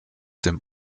dem